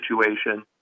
situation